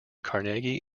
carnegie